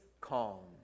calm